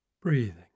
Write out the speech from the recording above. Breathing